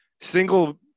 single